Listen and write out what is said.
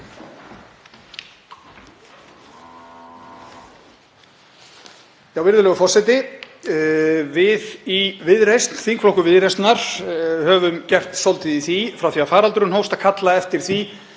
Virðulegur forseti. Við í Viðreisn, þingflokkur Viðreisnar, höfum gert svolítið í því frá því að faraldurinn hófst að kalla eftir því